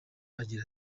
agira